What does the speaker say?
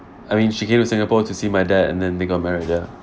I mean she came to singapore to see my dad and then they got married ya